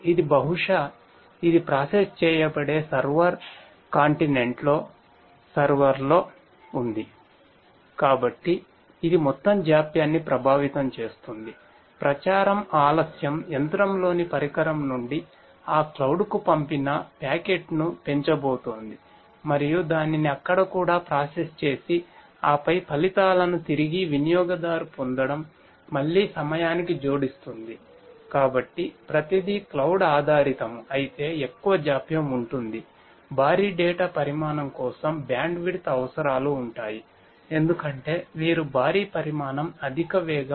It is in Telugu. కాబట్టి ఇది మొత్తం జాప్యాన్ని ప్రభావితం చేస్తుంది ప్రచారం ఆలస్యం యంత్రంలోని పరికరం నుండి ఆ క్లౌడ్ అవసరం